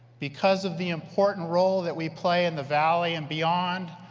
because of the important role that we play in the valley and beyond,